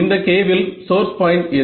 இந்த K வில் source point எது